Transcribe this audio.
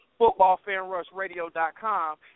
footballfanrushradio.com